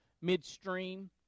midstream